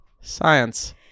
science